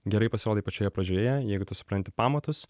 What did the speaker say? gerai pasirodai pačioje pradžioje jeigu tu supranti pamatus